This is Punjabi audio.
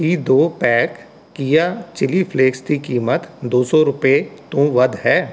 ਕੀ ਦੋ ਪੈਕ ਕੀਆ ਚਿਲੀ ਫਲੇਕਸ ਦੀ ਕੀਮਤ ਦੋ ਸੌ ਰੁਪਏ ਤੋਂ ਵੱਧ ਹੈ